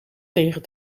tegen